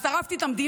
אז שרפתי את המדינה?